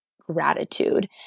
gratitude